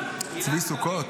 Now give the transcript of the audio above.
צבי סוכות?